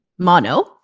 Mono